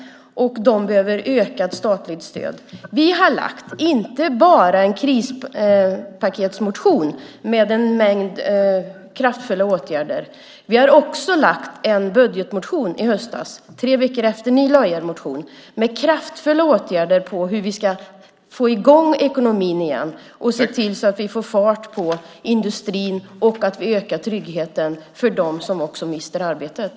De behöver ökat statligt stöd. Vi har väckt inte bara en krispaketsmotion med en mängd kraftfulla åtgärder. Vi har också väckt en budgetmotion, tre veckor efter att ni väckte er motion i höstas, med kraftfulla åtgärder för hur vi ska få i gång ekonomin igen och se till att vi får fart på industrin och ökar tryggheten för dem som mister arbetet.